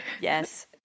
Yes